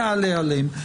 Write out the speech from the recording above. נעלה עליהם,